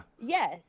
Yes